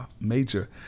major